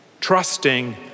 trusting